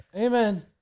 Amen